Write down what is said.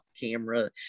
camera